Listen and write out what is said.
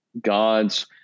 God's